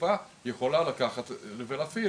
שהקופה יכולה לקחת את זה ולהפעיל.